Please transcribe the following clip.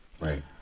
Right